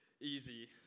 easy